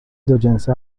دوجنسه